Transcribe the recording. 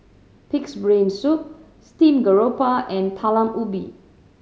Pig's Brain Soup steamed grouper and Talam Ubi